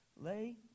Lay